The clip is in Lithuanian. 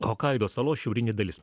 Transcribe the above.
hokaido salos šiaurinė dalis